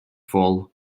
fall